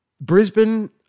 Brisbane